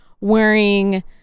wearing